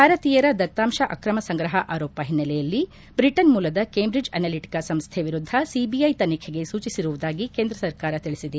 ಭಾರತೀಯರ ದತ್ತಾಂಶ ಅಕ್ರಮ ಸಂಗ್ರಹ ಆರೋಪ ಹಿನ್ನೆಲೆಯಲ್ಲಿ ಬ್ರಿಟನ್ ಮೂಲದ ಕೇಂಬ್ರಿಡ್ಲ್ ಅನಾಲಿಟಕ ಸಂಸ್ಥೆ ವಿರುದ್ದ ಸಿಬಿಐ ತನಿಖೆಗೆ ಸೂಚಿಸಿರುವುದಾಗಿ ಕೇಂದ್ರ ಸರ್ಕಾರ ತಿಳಿಸಿದೆ